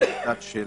הרשויות המקומיות,